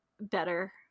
better